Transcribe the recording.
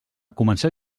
començar